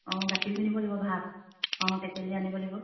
অঁ গাখীৰ কিনিব লাগিব টেকেলি আনিব লাগিব